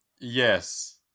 Yes